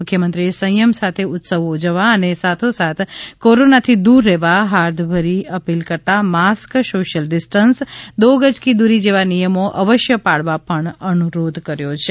મુખ્યમંત્રીએ સંથમ સાથે ઉત્સવો ઉજવવા અને સાથોસાથ કોરોનાથી દૂર રહેવા હાર્દભરી અપિલ કરતાં માસ્ક સોશિયલ ડિસ્ટન્સ દો ગજ કી દૂરી જેવા નિયમો અવશ્ય પાળવા પણ અનુરોધ કર્યો છે